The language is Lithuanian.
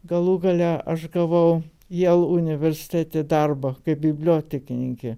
galų gale aš gavau jau universitete darbą kaip bibliotekininkė